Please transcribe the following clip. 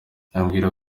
ambwira